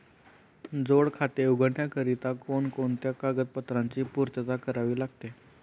जोड खाते उघडण्याकरिता कोणकोणत्या कागदपत्रांची पूर्तता करावी लागते?